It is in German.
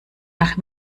nach